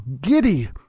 giddy